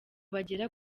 bagera